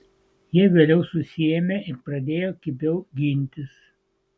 jie vėliau susiėmė ir pradėjo kibiau gintis